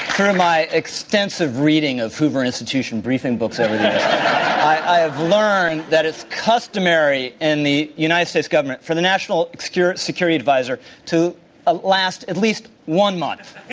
through my extensive reading of hoover institution briefing books i i have learned that it's customary in the united states government for the national security security advisor to ah last at least one month,